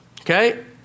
okay